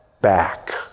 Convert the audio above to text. back